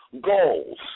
goals